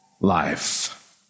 life